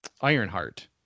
Ironheart